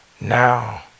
now